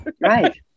Right